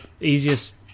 easiest